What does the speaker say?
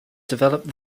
developed